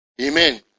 Amen